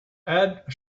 add